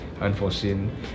unforeseen